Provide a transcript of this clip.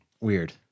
Weird